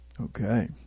okay